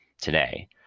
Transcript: today